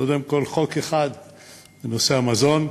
קודם כול, חוק אחד בנושא המזון,